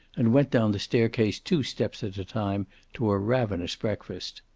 and went down the staircase two steps at a time to a ravenous breakfast.